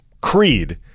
Creed